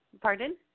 Pardon